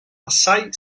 assai